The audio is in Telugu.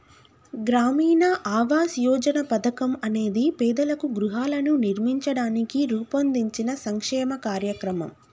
గ్రామీణ ఆవాస్ యోజన పథకం అనేది పేదలకు గృహాలను నిర్మించడానికి రూపొందించిన సంక్షేమ కార్యక్రమం